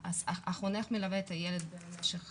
החונך מלווה את הילד במשך